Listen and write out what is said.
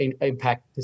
impact